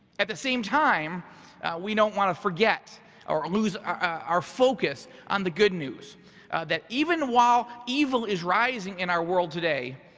at the same time we don't wanna forget or lose our focus on the good news that even while evil is rising in our world today,